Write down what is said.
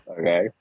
Okay